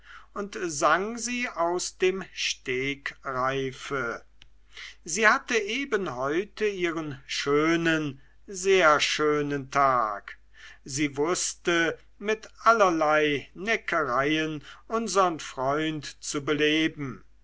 und sang sie aus dem stegreife sie hatte eben heute ihren schönen sehr schönen tag sie wußte mit allerlei neckereien unsern freund zu beleben